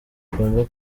agomba